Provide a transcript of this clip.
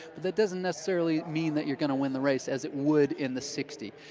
that doesn't necessarily mean that you're going to win the race as it would in the sixty.